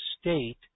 state